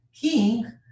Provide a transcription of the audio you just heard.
king